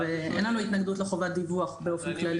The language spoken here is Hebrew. אין לנו התנגדות לחובת דיווח באופן כללי.